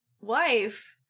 wife